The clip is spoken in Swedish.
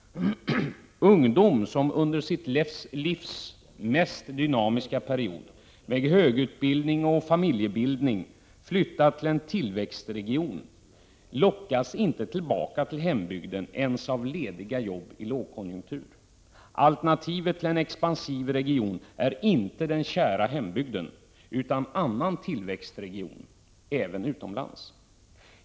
Ungdom' som under sitt livs mest dynamiska period med högutbildning och familjebildning flyttar till en tillväxtregion lockas inte tillbaka till hembygden ens av lediga jobb i en lågkonjunktur. Alternativet till en expansiv region är inte den kära hembygden utan en annan tillväxtregion — även utomlands.